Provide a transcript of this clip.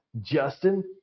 Justin